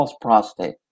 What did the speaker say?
prostate